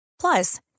Plus